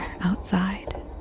outside